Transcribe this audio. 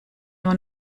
nur